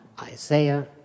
Isaiah